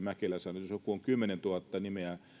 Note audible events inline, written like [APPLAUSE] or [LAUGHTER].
[UNINTELLIGIBLE] mäkelä sanoi että jos joku on kymmenentuhatta nimeä